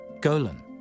Golan